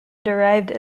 derived